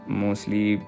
mostly